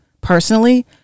personally